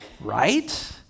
right